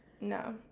No